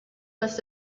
must